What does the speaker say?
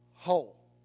whole